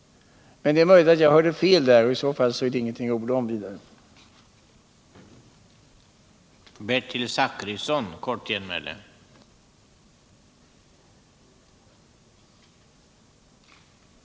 Det är möjligt att jag hörde fel. I så fall är det ingenting att orda vidare om.